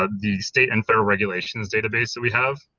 ah the state and federal regulations database that we have,